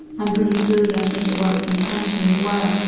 i'm pretty clueless as to what its intentions were,